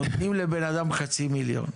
נותנים לבן אדם חצי מיליון.